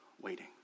waiting